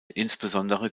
insbesondere